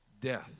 death